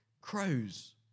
crows